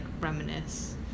reminisce